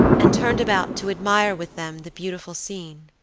and turned about to admire with them the beautiful scene.